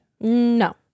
No